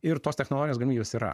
ir tos technologijos jos yra